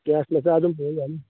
gas ꯃꯆꯥꯗꯨꯃ ꯄꯨꯔꯒ ꯌꯥꯅꯤ